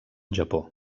japó